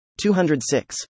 206